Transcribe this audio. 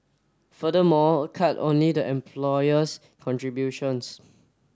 furthermore cut only the employer's contributions